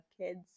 kids